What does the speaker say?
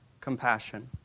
compassion